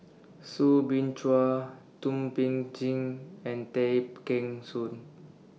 Soo Bin Chua Thum Ping Tjin and Tay Kheng Soon